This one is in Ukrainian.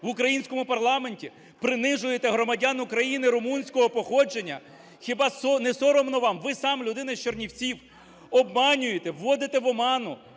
в українському парламенті, принижуєте громадян України румунського походження. Хіба не соромно вам? Ви сам людина з Чернівців, обманюєте, вводите в оману